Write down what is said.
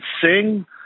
sing